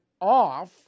off